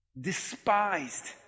despised